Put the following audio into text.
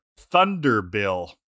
Thunderbill